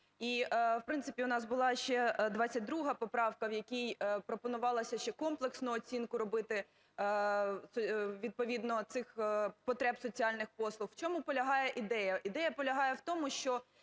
І, в принципі, у нас була ще 22 поправка, в якій пропонувалося, що комплексну оцінку робити відповідно цих потреб соціальних послуг. В чому полягає ідея? Ідея полягає в тому, що